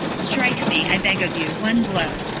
strike me, i beg of you, one blow.